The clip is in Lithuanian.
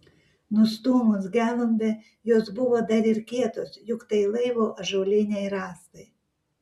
nustūmus gelumbę jos buvo dar ir kietos juk tai laivo ąžuoliniai rąstai